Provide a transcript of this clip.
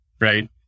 right